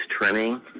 trimming